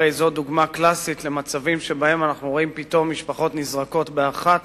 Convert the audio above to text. הרי זו דוגמה קלאסית למצבים שבהם אנחנו רואים פתאום משפחות שנזרקות באחת